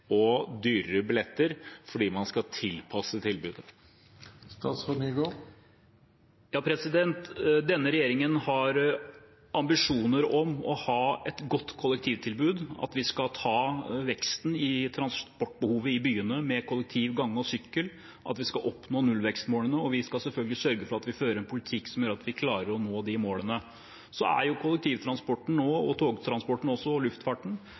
og dyrere billetter fordi man skal tilpasse tilbudet? Denne regjeringen har ambisjoner om å ha et godt kollektivtilbud, at vi skal ta veksten i transportbehovet i byene med kollektiv, gange og sykkel, og at vi skal oppnå nullvekstmålene, og vi skal selvfølgelig sørge for at vi fører en politikk som gjør at vi klarer å nå de målene. Kollektivtransporten, togtransporten og luftfarten er nå i en vanskelig situasjon fordi etterspørselen er redusert, og